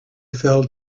fell